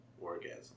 orgasm